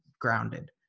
grounded